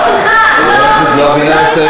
החוק שלך לא יפצל